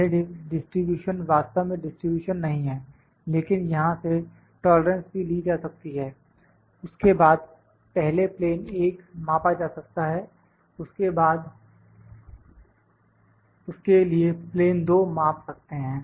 यह डिस्ट्रीब्यूशन वास्तव में डिस्ट्रीब्यूशन नहीं है लेकिन यहां से टॉलरेंस भी ली जा सकती है उसके बाद पहले प्लेन 1 मापा जा सकता है उसके बाद उसके लिए प्लेन 2 माप सकते हैं